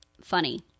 Funny